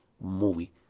movie